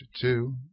two